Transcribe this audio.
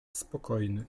spokojny